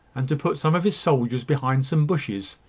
and to put some of his soldiers behind some bushes,